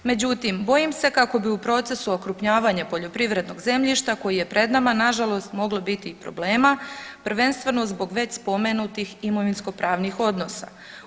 Međutim, bojim se kako bi u procesu okrupnjavanja poljoprivrednog zemljišta koji je pred nama nažalost moglo biti i problema, prvenstveno zbog već spomenutih imovinskopravnih odnosa.